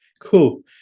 Cool